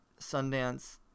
Sundance